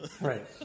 Right